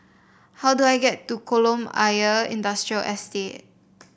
how do I get to Kolam Ayer Industrial Estate